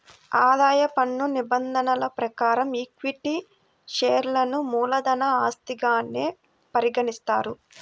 ఆదాయ పన్ను నిబంధనల ప్రకారం ఈక్విటీ షేర్లను మూలధన ఆస్తిగానే పరిగణిస్తారు